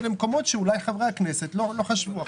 למקומות שאולי חברי הכנסת לא חשבו עליהם.